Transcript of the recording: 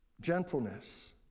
gentleness